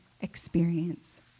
experience